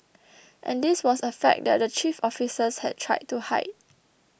and this was a fact that the chief officers had tried to hide